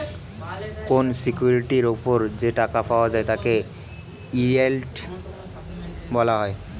কোন সিকিউরিটির উপর যে টাকা পাওয়া যায় তাকে ইয়েল্ড বলা হয়